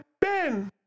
Ben